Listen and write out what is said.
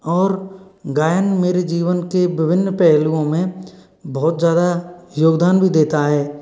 और गायन मेरे जीवन के विभिन्न पहलुओं में बहुत ज़्यादा योगदान भी देता है